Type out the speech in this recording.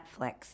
Netflix